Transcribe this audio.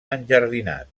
enjardinat